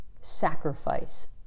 sacrifice